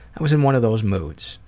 i was in one of those moods.